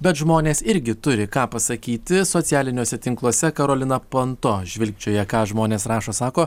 bet žmonės irgi turi ką pasakyti socialiniuose tinkluose karolina ponto žvilgčioja ką žmonės rašo sako